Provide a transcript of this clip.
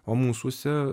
o mūsuose